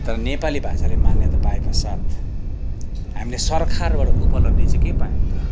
तर नेपाली भाषाले मान्यता पाए पश्चात् हामीले सरकारबाट उपलब्धि चाहिँ के पायौँ त